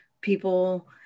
people